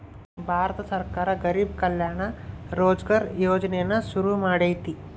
ಭಾರತ ಸರ್ಕಾರ ಗರಿಬ್ ಕಲ್ಯಾಣ ರೋಜ್ಗರ್ ಯೋಜನೆನ ಶುರು ಮಾಡೈತೀ